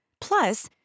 Plus